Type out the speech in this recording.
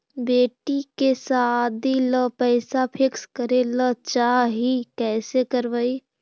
बेटि के सादी ल पैसा फिक्स करे ल चाह ही कैसे करबइ?